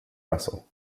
russell